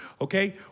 Okay